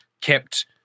kept